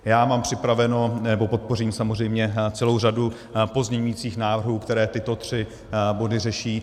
Já mám připraveno, nebo podpořím samozřejmě celou řadu pozměňujících návrhů, které tyto tři body řeší.